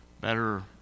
Better